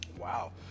wow